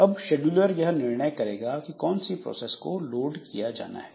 अब शेड्यूलर यह निर्णय करेगा कि कौन सी प्रोसेस को लोड किया जाना है